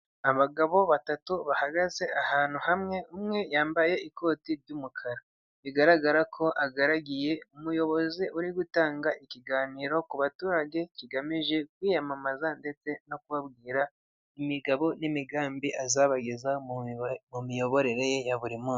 Abagabo batatu bahagaze ahantu hamwe, umwe yambaye ikoti ry'umukara. Bigaragara ko agaragiye umuyobozi uri gutanga ikiganiro ku baturage, kigamije kwiyamamaza ndetse no kubabwira imigabo n'imigambi azabageza mu miyoborere ye ya buri munsi.